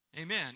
Amen